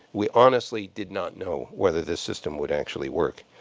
we honestly did not know whether this system would actually work.